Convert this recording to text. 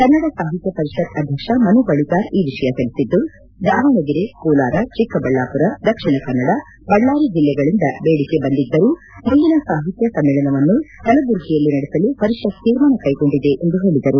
ಕನ್ನಡ ಸಾಹಿತ್ಯ ಪರಿಷತ್ ಅಧ್ಯಕ್ಷ ಮನುಬಳಿಗಾರ್ ಈ ವಿಷಯ ತಿಳಿಸಿದ್ದು ದಾವಣಗೆರೆ ಕೋಲಾರ ಚಿಕ್ಕಬಳ್ಳಾಪುರ ದಕ್ಷಿಣ ಕನ್ನಡ ಬಳ್ಳಾರಿ ಜಿಲ್ಲೆಗಳಿಂದ ಬೇಡಿಕೆ ಬಂದಿದ್ದರೂ ಮುಂದಿನ ಸಾಹಿತ್ಯ ಸಮ್ಮೇಳನವನ್ನು ಕಲಬುರಗಿಯಲ್ಲಿ ನಡೆಸಲು ಪರಿಷತ್ ತೀರ್ಮಾನ ಕೈಗೊಂಡಿದೆ ಎಂದು ಹೇಳಿದರು